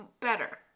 better